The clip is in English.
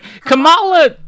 Kamala